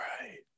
right